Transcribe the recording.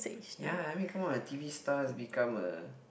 ya I mean come on a t_v stars become a